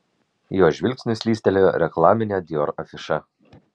jo žvilgsnis slystelėjo reklamine dior afiša